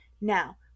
now